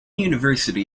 university